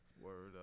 word